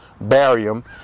barium